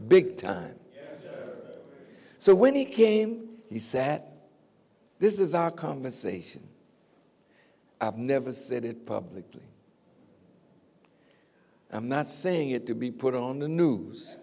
big time so when he came he said that this is our conversation i've never said it publicly i'm not saying it to be put on the news